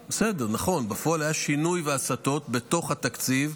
בסדר, נכון, בפועל היה שינוי והסטות בתוך התקציב,